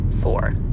four